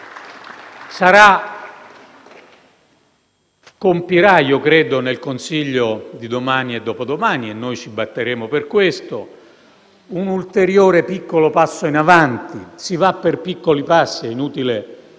compirà nel Consiglio di domani e dopodomani - e noi ci batteremo per questo - un ulteriore piccolo passo in avanti (si procede per piccoli passi ed è inutile